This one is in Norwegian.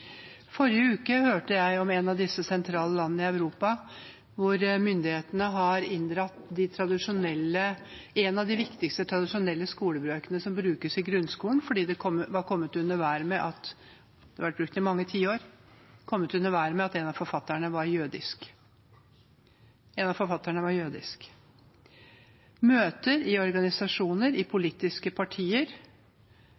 Forrige uke hørte jeg om et sentralt land i Europa hvor myndighetene har inndratt en av de viktigste tradisjonelle skolebøkene som brukes i grunnskolen – den har vært brukt i mange tiår – fordi de var kommet under vær med at en av forfatterne var jødisk. Møter i organisasjoner og i politiske partier gjennomføres med uro og usikkerhet i